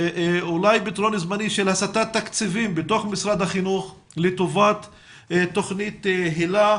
אולי פתרון זמני של הסטת תקציבים בתוך משרד החינוך לטובת תוכנית היל"ה,